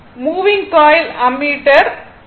moving coil ammeter D